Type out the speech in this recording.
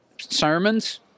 sermons